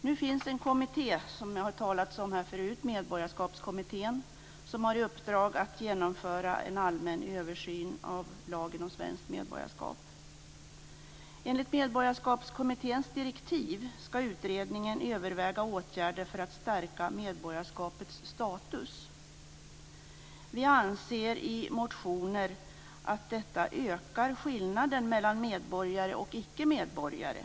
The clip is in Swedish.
Nu finns en kommitté som det har talats om här förut, Medborgarskapskommittén, som har i uppdrag att genomföra en allmän översyn av lagen om svenskt medborgarskap. Enligt Medborgarskapskommitténs direktiv skall utredningen överväga åtgärder för att stärka medborgarskapets status. Vi anser i motioner att det ökar skillnaden mellan medborgare och icke medborgare.